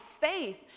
faith